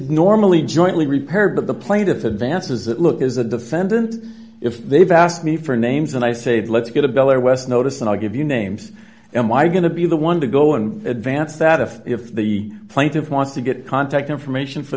normally jointly repaired but the plaintiff advances that look is the defendant if they've asked me for names and i said let's get a bill or west notice and i'll give you names am i going to be the one to go in advance that if if the plaintiff wants to get contact information for